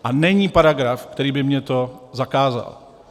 A není paragraf, který by mně to zakázal.